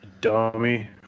Dummy